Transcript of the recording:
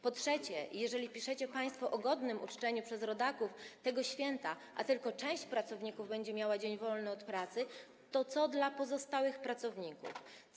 Po trzecie, jeżeli piszecie państwo o godnym uczczeniu przez rodaków tego święta, a tylko część pracowników będzie miała dzień wolny od pracy, to co zaproponujecie pozostałym pracownikom?